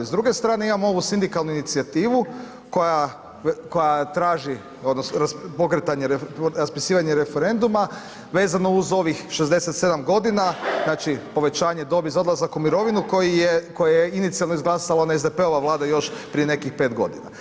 S druge strane imamo ovu sindikalnu inicijativu koja traži, odnosno, pokretanje, raspisivanje referenduma vezano uz ovih 67 godina, znači povećanje dobi za odlazak u mirovinu koje je inicijalno izglasala ona SDP-ova Vlada još prije nekih 5 godina.